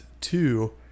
two